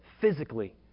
physically